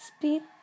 Speed